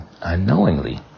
unknowingly